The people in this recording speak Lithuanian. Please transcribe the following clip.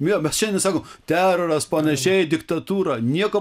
jo mes šiandien sakom teroras panašiai diktatūrą nieko